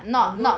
oh no